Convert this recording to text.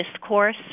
discourse